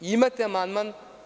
Imate amandman.